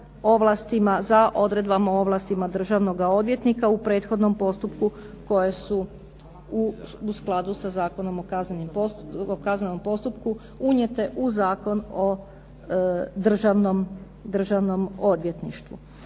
sa odredbama o ovlastima za državnog odvjetnika, u prethodnom postupku koje su u skladu sa Zakonom o kaznenom postupku unijete u Zakon o državnom odvjetništvu.